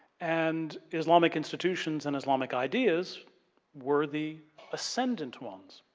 and islamic institutions and islamic ideas were the ascendant ones.